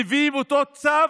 מביאים אותו צו,